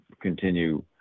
continue